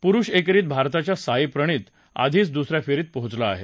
पुरुष एकेरीत भारताचा साईप्रणित आधीच दुस या फेरीत पोचला आहे